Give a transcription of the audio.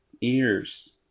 ears